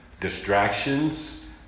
Distractions